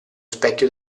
specchio